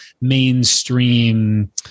mainstream